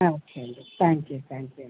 okay అండి thank you thank you అండి